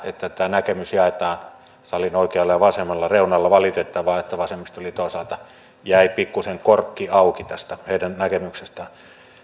tämä näkemys jaetaan salin oikealla ja vasemmalla reunalla valitettavaa on että vasemmistoliiton osalta jäi pikkuisen korkki auki tästä heidän näkemyksestään